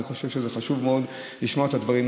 אני חושב שזה חשוב מאוד לשמוע את הדברים.